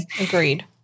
Agreed